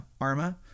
Arma